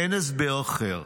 אין הסבר אחר.